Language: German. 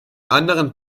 anderen